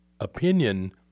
opinion